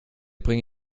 bringe